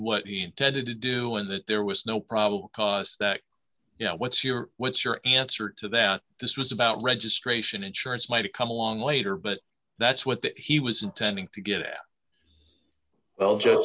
what he intended to do and that there was no probable cause that you know what's your what's your answer to that this was about registration insurance might have come along later but that's what that he was intending to get out well